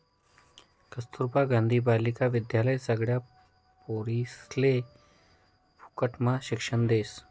कस्तूरबा गांधी बालिका विद्यालय सगळ्या पोरिसले फुकटम्हा शिक्षण देस